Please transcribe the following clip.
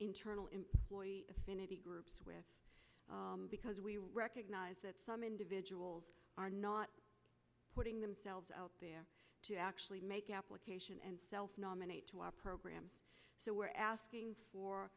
internal employee affinity groups with because we recognize that some individuals are not putting themselves out there to actually make application and self nominate to our program so we're asking for